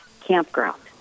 campground